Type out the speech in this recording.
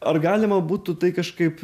ar galima būtų tai kažkaip